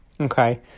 okay